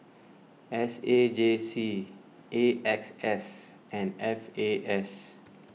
S A J C A X S and F A S